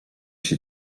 się